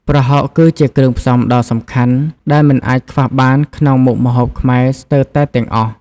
ប្រហុកគឺជាគ្រឿងផ្សំដ៏សំខាន់ដែលមិនអាចខ្វះបានក្នុងមុខម្ហូបខ្មែរស្ទើរតែទាំងអស់។